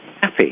happy